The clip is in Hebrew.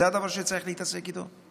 זה הדבר שצריך להתעסק איתו?